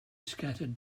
scattered